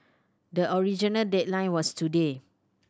the original deadline was today